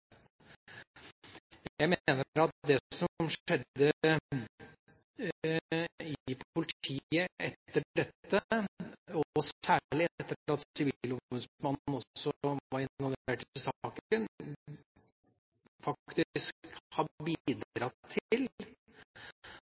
Jeg mener at det som skjedde i politiet etter dette, særlig etter at sivilombudsmann også var involvert i saken, faktisk har bidratt til